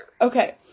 Okay